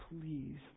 please